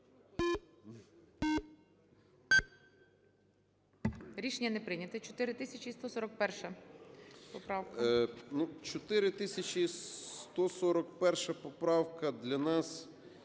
Рішення не прийнято. 4141 поправка.